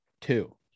two